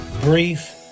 brief